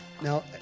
Now